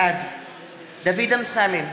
בעד דוד אמסלם,